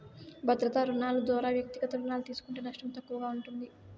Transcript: భద్రతా రుణాలు దోరా వ్యక్తిగత రుణాలు తీస్కుంటే నష్టం తక్కువగా ఉంటుంది